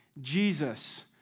Jesus